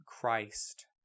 Christ